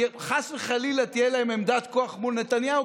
כי חס וחלילה שתהיה להם עמדת כוח מול נתניהו,